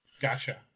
gotcha